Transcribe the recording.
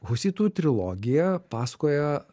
husitų trilogija pasakoja